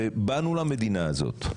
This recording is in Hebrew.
באנו למדינה הזאת,